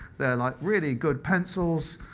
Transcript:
they're like really good pencils.